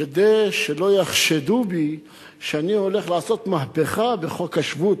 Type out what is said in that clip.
כדי שלא יחשדו בי שאני הולך לעשות מהפכה בחוק השבות.